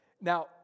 Now